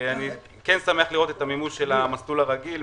אני שמח לראות את המימוש של המסלול הרגיל,